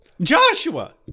Joshua